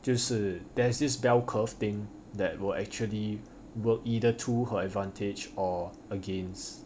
就是 there's this bell curve thing that were actually work either to her advantage or against